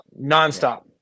nonstop